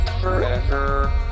forever